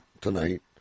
tonight